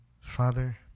Father